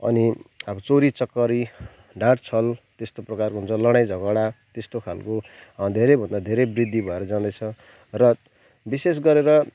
अनि अब चोरी चकारी ढाँटछल त्यस्तो प्रकारको हुन्छ लडाइँ झगडा त्यस्तो खालको धेरैभन्दा धेरै वृद्धि भएर जाँदैछ र विशेष गरेर